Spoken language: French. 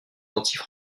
antilles